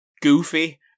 Goofy